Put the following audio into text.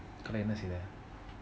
என்ன செய்த:enna seitha